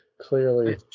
clearly